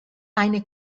eine